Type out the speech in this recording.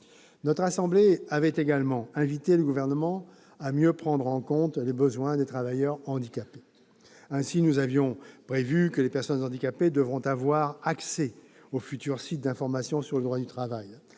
Notre assemblée avait également invité le Gouvernement à mieux prendre en compte les besoins des travailleurs handicapés. Ainsi, nous avions prévu que les personnes handicapées devront avoir accès au futur site d'information sur le droit du travail.